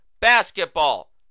basketball